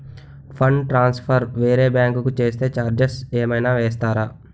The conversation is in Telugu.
ఫండ్ ట్రాన్సఫర్ వేరే బ్యాంకు కి చేస్తే ఛార్జ్ ఏమైనా వేస్తారా?